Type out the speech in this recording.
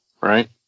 right